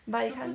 but you can't